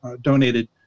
donated